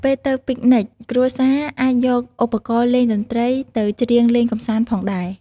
ពេលទៅពិកនិច គ្រួសារអាចយកឧបករណ៍លេងតន្ត្រីទៅច្រៀងលេងកម្សាន្តផងដែរ។